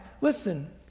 listen